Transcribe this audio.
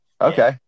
Okay